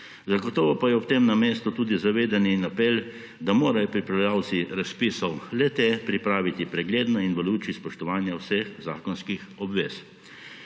Zagotovo pa je ob tem na mestu tudi zavedanje in apel, da morajo pripravljavci razpisov le-te pripraviti pregledno in v luči spoštovanja vseh zakonskih obvez.